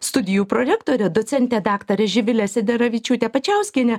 studijų prorektore docente daktare živile sederevičiūte pačiauskiene